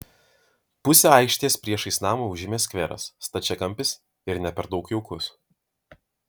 pusę aikštės priešais namą užėmė skveras stačiakampis ir ne per daug jaukus